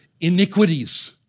iniquities